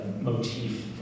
motif